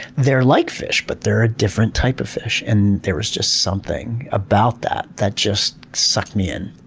they're like fish but they're a different type of fish. and there was just something about that, that just sucked me in.